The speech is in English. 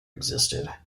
existed